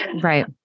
Right